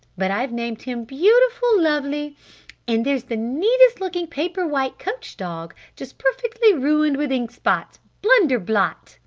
but i've named him beautiful-lovely! and there's the neatest looking paper-white coach dog just perfectly ruined with ink-spots! blunder-blot,